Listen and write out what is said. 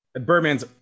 Birdman's